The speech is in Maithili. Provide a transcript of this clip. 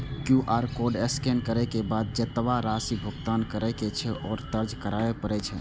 क्यू.आर कोड स्कैन करै के बाद जेतबा राशि भुगतान करै के छै, ओ दर्ज करय पड़ै छै